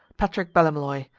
patrick ballymolloy.